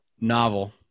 novel